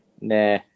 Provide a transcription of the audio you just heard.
nah